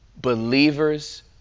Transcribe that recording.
Believers